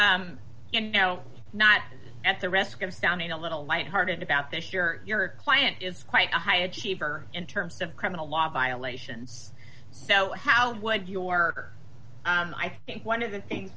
know not at the risk of sounding a little light hearted about this your client is quite a high achiever in terms of criminal law violations so how would you or i think one of the things